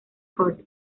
hurt